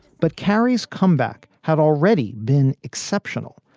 but carrie's comeback had already been exceptional.